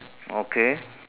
okay